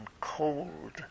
cold